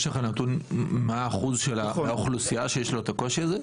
יש לך נתון מהו האחוז מהאוכלוסייה שיש לו את הקושי הזה?